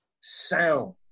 sound